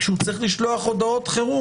כשצריך לשלוח הודעות חירום,